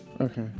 Okay